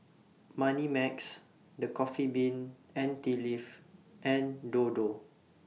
Moneymax The Coffee Bean and Tea Leaf and Dodo